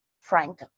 frank